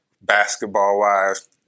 basketball-wise